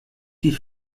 die